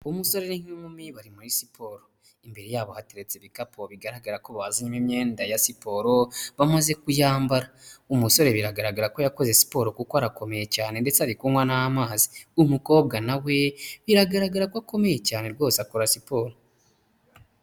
Umusore n'inkumi bari muri siporo, imbere yabo hateretse ibikapu bigaragara ko bazenyemo imyenda ya siporo, bamaze kuyambara, umusore biragaragara ko yakoze siporo kuko arakomeye cyane ndetse ari kunywa n'amazi, umukobwa nawe biragaragara ko akomeye cyane rwose akora siporo.